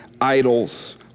idols